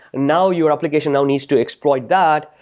now your application now needs to exploit that,